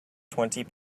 twenty